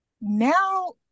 Now